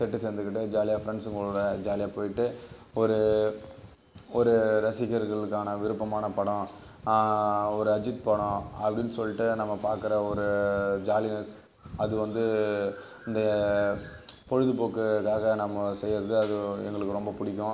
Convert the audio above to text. set சேர்ந்துக்கிட்டு ஜாலியாக ஃப்ரெண்ட்ஸுங்களோட ஜாலியாக போய்ட்டு ஒரு ஒரு ரசிகர்களுக்கான விருப்பமான படம் ஒரு அஜித் படம் அப்படின்னு சொல்லிட்டு நம்ம பாக்கிற ஒரு ஜாலினஸ் அதுவந்து இந்த பொழுபோக்குக்காக நம்ம செய்கிறது அது எங்களுக்கு ரொம்ப பிடிக்கும்